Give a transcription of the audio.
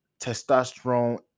testosterone